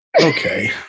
Okay